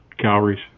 calories